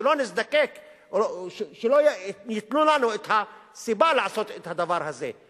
שלא נזדקק או שלא ייתנו לנו את הסיבה לעשות את הדבר הזה.